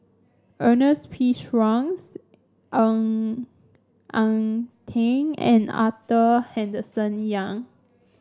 Ernest P Shanks Ng Eng Teng and Arthur Henderson Young